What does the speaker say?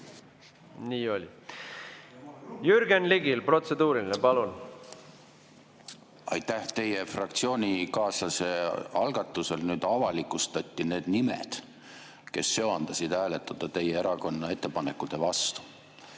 Nii oli. Jürgen Ligil on protseduuriline. Palun! Aitäh! Teie fraktsioonikaaslase algatusel nüüd avalikustati need nimed, kes söandasid hääletada teie erakonna ettepanekute vastu.